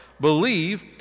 believe